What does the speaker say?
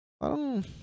Parang